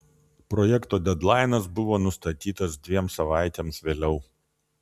projekto dedlainas buvo nustatytas dviem savaitėms vėliau